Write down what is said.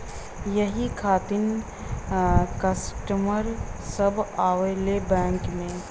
यही खातिन कस्टमर सब आवा ले बैंक मे?